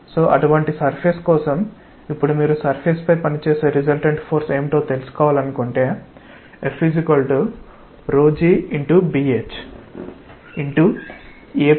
కాబట్టి అటువంటి సర్ఫేస్ కోసం ఇప్పుడు మీరు సర్ఫేస్ పై పనిచేసే రిసల్టెంట్ ఫోర్స్ ఏమిటో తెలుసుకోవాలనుకుంటే Fg a h2